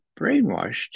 brainwashed